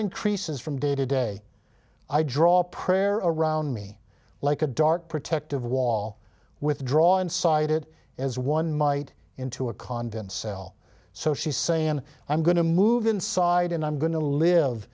increases from day to day i draw a prayer around me like a dark protective wall withdraw and sided as one might into a convent cell so she's saying i'm going to move inside and i'm going to live